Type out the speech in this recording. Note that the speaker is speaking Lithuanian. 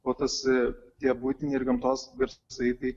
o tas tie buitiniai ir gamtos garsai tai